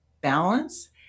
balance